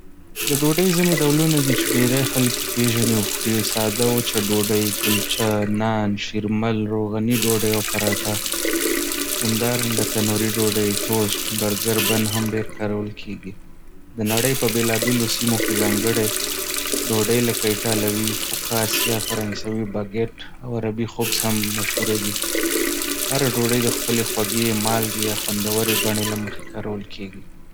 د ډوډۍ ځینې ډولونه دي چې ډېری خلک یې پېژني او خوري ساده وچه ډوډۍ، کلچه، نان، شېرمل، روغني ډوډۍ، او پراټه. همدارنګه، تنوري ډوډۍ، ټوسټ، برګر بن هم ډېر کارول کېږي. د نړۍ په بېلابېلو سیمو کې ځانګړې ډوډۍ لکه اېټالوي فوکاسیا، فرانسوي باګیټ، او عربۍ خُبز هم مشهوره دي. هر ډوډۍ د خپلې خوږې، مالګې، یا خوندورې بڼې له مخې کارول کېږي.